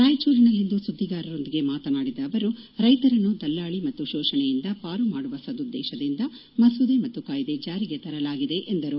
ರಾಯಚೂರಿನಲ್ಲಿಂದು ಸುದ್ದಿಗಾರರೊಂದಿಗೆ ಮಾತನಾಡಿದ ಅವರು ರೈತರನ್ನು ದಲ್ಲಾಳಿ ಮತ್ತು ಶೋಷಣೆಯಿಂದ ಪಾರುಮಾಡುವ ಸದುದ್ಗೇತದಿಂದ ಮಸೂದೆ ಮತ್ತು ಕಾಯ್ದೆ ಜಾರಿಗೆ ತರಲಾಗಿದೆ ಎಂದರು